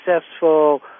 successful